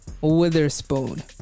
Witherspoon